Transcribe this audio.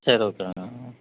சரி ஓகே தாங்க